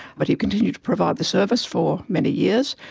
but he continued to provide the service for many years,